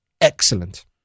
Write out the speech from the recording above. excellent